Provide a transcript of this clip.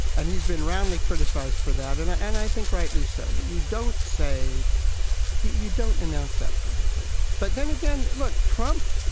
and he's been roundly criticized for that, and and i think rightly so, that you don't say you you don't announce that publicly. but then again, like trump,